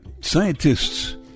Scientists